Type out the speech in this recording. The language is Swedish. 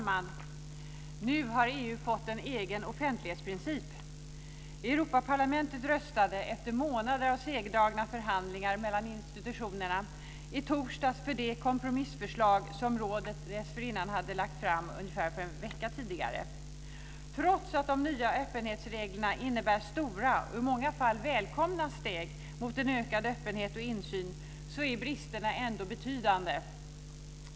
Fru talman! Nu har EU fått en egen offentlighetsprincip. Europaparlamentet röstade, efter månader av segdragna förhandlingar mellan institutionerna, i torsdags för det kompromissförslag som rådet dessförinnan lagt fram, ungefär en vecka tidigare. Trots att de nya öppenhetsreglerna innebär stora och i många fall välkomna steg mot en ökad öppenhet och insyn är bristerna betydande.